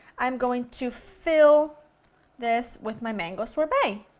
i'm going to fill this with my mango sorbet.